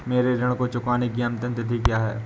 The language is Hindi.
मेरे ऋण को चुकाने की अंतिम तिथि क्या है?